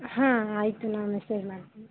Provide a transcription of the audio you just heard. ಹಾಂ ಆಯಿತು ನಾ ಮೆಸೇಜ್ ಮಾಡ್ತೀವಿ